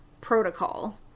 protocol